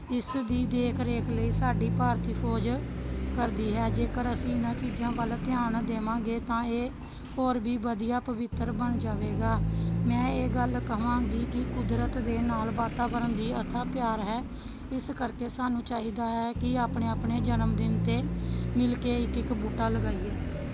ਇਸ ਦੀ ਦੇਖ ਰੇਖ ਲਈ ਸਾਡੀ ਭਾਰਤੀ ਫੌਜ ਕਰਦੀ ਹੈ ਜੇਕਰ ਅਸੀਂ ਇਹਨਾਂ ਚੀਜ਼ਾਂ ਵੱਲ ਧਿਆਨ ਦੇਵਾਂਗੇ ਤਾਂ ਇਹ ਹੋਰ ਵੀ ਵਧੀਆ ਪਵਿੱਤਰ ਬਣ ਜਾਵੇਗਾ ਮੈਂ ਇਹ ਗੱਲ ਕਵਾਂਗੀ ਕਿ ਕੁਦਰਤ ਦੇ ਨਾਲ ਵਾਤਾਵਰਨ ਦੀ ਅਥਾਹ ਪਿਆਰ ਹੈ ਇਸ ਕਰਕੇ ਸਾਨੂੰ ਚਾਹੀਦਾ ਹੈ ਕਿ ਆਪਣੇ ਆਪਣੇ ਜਨਮ ਦਿਨ 'ਤੇ ਮਿਲ ਕੇ ਇੱਕ ਇੱਕ ਬੂਟਾ ਲਗਾਈਏ